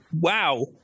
Wow